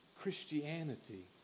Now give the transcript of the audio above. Christianity